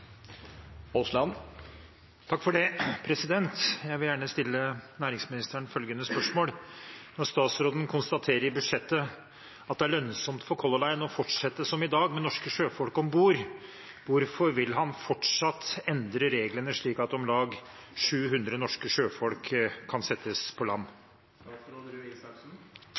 statsråden konstaterer i budsjettet at det er lønnsomt for Color Line å fortsette som i dag, hvorfor vil han fortsatt endre reglene slik at de kan sette om lag 700 norske sjøfolk